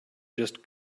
just